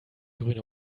grüne